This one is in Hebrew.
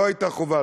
לא הייתה חובה.